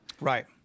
right